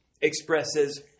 expresses